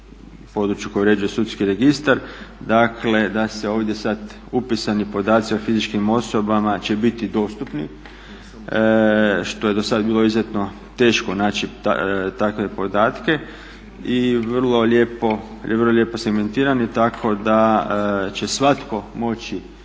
području koje uređuje sudski registar, dakle da se ovdje sad upisani podaci o fizičkim osobama će biti dostupni što je dosad bilo izuzetno teško naći takve podatke i vrlo lijepo … tako da će svatko moći